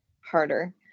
harder